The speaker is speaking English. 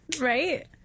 Right